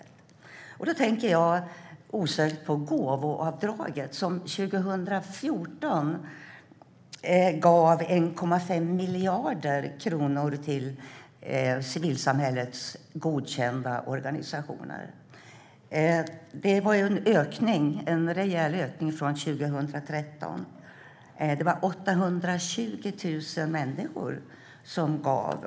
Jag kommer osökt att tänka på gåvoavdraget, som år 2014 gav 1,5 miljarder kronor till civilsamhällets godkända organisationer, vilket var en rejäl ökning jämfört med 2013. Det var 820 000 människor som gav.